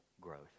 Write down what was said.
growth